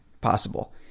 possible